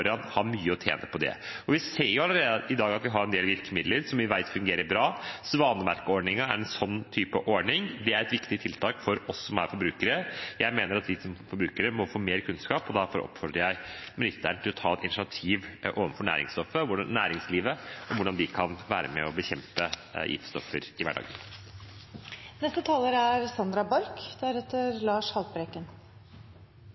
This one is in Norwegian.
har mye å tjene på det. Vi har allerede i dag en del virkemidler som vi vet fungerer bra. Svanemerke-ordningen er en slik ordning. Det er et viktig tiltak for oss som er forbrukere. Jeg mener at vi som forbrukere må få mer kunnskap, derfor oppfordrer jeg klima- og miljøministeren til å ta et initiativ overfor næringslivet om hvordan de kan være med og bekjempe giftstoffer i hverdagen. Det er